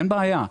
אין בעיה,